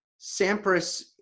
Sampras